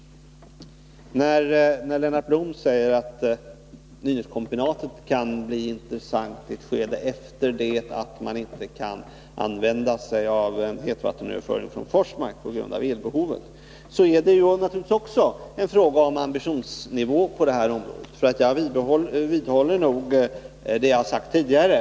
När Lennart Blom säger att Nynäskombinatet kan bli intressant i ett skede efter det att man inte kan använda sig av hetvattensöverföring från Forsmark på grund av elbehovet, är det naturligtvis också en fråga om ambitionsnivå på detta område. Jag vidhåller nog det jag har sagt tidigare.